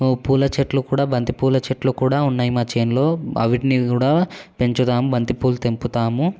పూల చెట్లు కూడా బంతిపూల చెట్లు కూడా ఉన్నాయి మా చేనులో అవిటిని కూడా పెంచుదాం బంతిపూలు తెంపుతాము